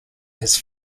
his